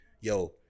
yo